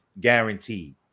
guaranteed